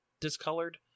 discolored